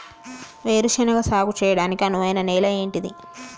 వేరు శనగ సాగు చేయడానికి అనువైన నేల ఏంటిది?